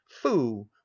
foo